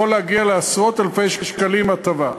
יכול להגיע לעשרות אלפי שקלים הטבה,